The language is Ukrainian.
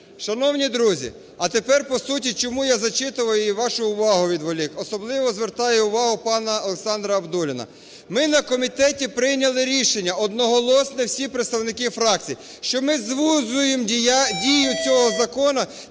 Шановні друзі, а тепер по суті, чому я зачитував і вашу увагу відволік. Особливо звертаю увагу пана Олександра Абдулліна. Ми на комітеті прийняли рішення одноголосно, всі представники фракцій, що ми звужуємо дію цього закону